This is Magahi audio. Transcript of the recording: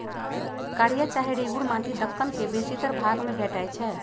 कारिया चाहे रेगुर माटि दक्कन के बेशीतर भाग में भेटै छै